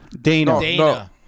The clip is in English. Dana